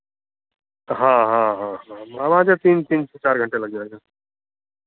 हाँ हाँ हाँ वहाँ जो तीन तीन से चार घंटे लग जाएगा